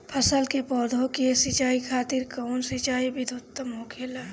फल के पौधो के सिंचाई खातिर कउन सिंचाई विधि उत्तम होखेला?